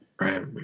Right